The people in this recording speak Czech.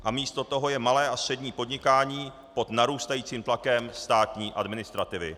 A místo toho je malé a střední podnikání pod narůstajícím tlakem státní administrativy.